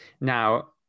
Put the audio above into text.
Now